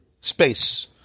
space